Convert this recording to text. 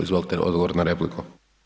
Izvolite, odgovor na repliku.